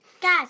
Guys